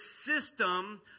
system